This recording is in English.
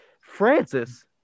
Francis